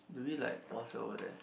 do we like pause over there